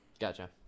Gotcha